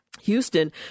Houston